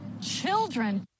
Children